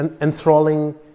enthralling